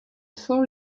for